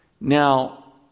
Now